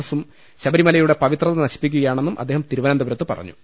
എസും ശബരിമലയുടെ പവിത്രത നശിപ്പിക്കുകയാണെന്നും അദ്ദേഹം തിരുവന്തപുരത്ത് പറഞ്ഞു